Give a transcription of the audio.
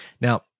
Now